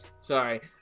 sorry